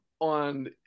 on